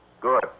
Good